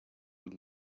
und